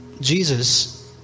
Jesus